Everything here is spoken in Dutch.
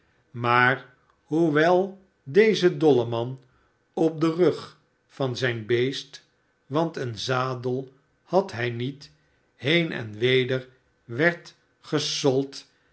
maar hoewel deze dolleman op den rug van zijn beest want een zadel had hij niet heen en weder werd